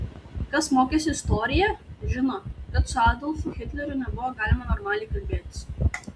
kas mokėsi istoriją žino kad su adolfu hitleriu nebuvo galima normaliai kalbėtis